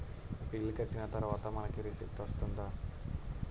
Bill కట్టిన తర్వాత మనకి రిసీప్ట్ వస్తుందా?